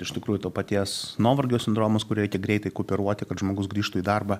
iš tikrųjų to paties nuovargio sindromas kur reikia greitai kupiruoti kad žmogus grįžtų į darbą